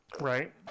Right